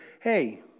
hey